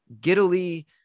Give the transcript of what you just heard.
giddily